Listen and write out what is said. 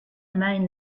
main